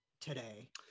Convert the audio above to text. today